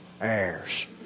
heirs